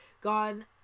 gone